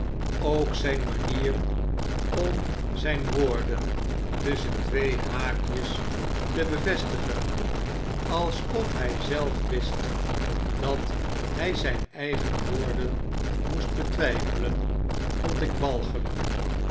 ook zijn manier om zyn woorden tusschen tweehaakjes te bevestigen alsof hy zelf wist dat hy zyn eigen woorden moest betwyfelen vond ik walgelyk